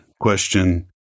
Question